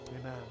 Amen